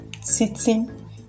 sitting